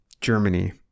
germany